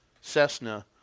Cessna